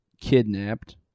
kidnapped